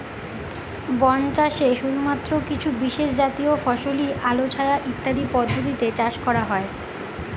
বন চাষে শুধুমাত্র কিছু বিশেষজাতীয় ফসলই আলো ছায়া ইত্যাদি পদ্ধতিতে চাষ করা হয়